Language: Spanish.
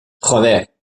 joder